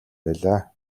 байлаа